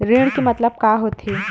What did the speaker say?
ऋण के मतलब का होथे?